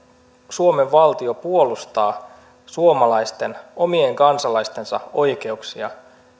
suomen valtio puolustaa suomalaisten omien kansalaistensa oikeuksia